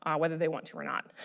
um whether they want to or not.